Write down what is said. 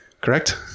correct